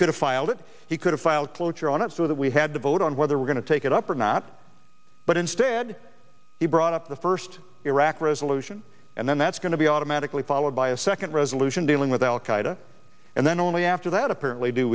could have filed it he could have filed cloture on it so that we had to vote on whether we're going to take it up or not but instead he brought up the first iraq resolution and then that's going to be automatically followed by a second resolution dealing with al qaeda and then only after that apparently do